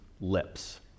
lips